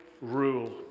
rule